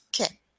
Okay